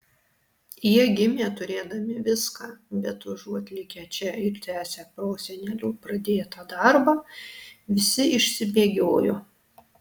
jie gimė turėdami viską bet užuot likę čia ir tęsę prosenelių pradėtą darbą visi išsibėgiojo